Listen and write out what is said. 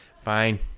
fine